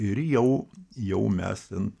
ir jau jau mes ten